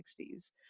1960s